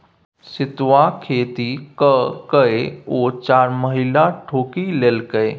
सितुआक खेती ककए ओ चारिमहला ठोकि लेलकै